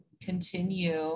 continue